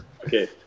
Okay